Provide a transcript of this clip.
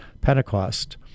Pentecost